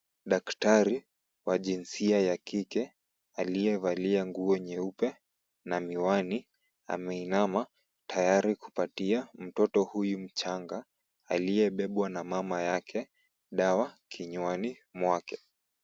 Daktari wa jinsia ya kike aliyevalia nguo nyeupe na miwani ameinama tayari kupatia mtoto huyu mchanga aliyebebwa na mama yake dawa kinywani mwake.